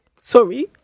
sorry